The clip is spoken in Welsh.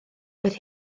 doedd